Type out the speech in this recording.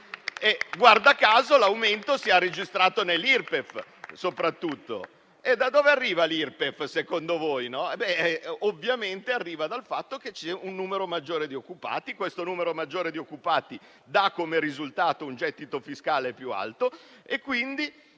Guarda caso, l'aumento si è registrato soprattutto nell'Irpef. Da dove arriva l'Irpef, secondo voi? Ovviamente arriva dal fatto che c'è un numero maggiore di occupati. Questo numero maggiore di occupati dà come risultato un gettito fiscale più alto e quindi